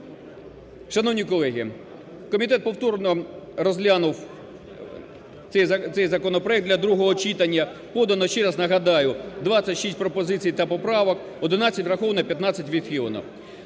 Шановні колеги, комітет повторно розглянув цей законопроект для другого читання. Подано, ще раз нагадаю, 26 пропозицій та поправок, 11 враховано, 15 відхилено.